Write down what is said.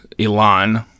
Elon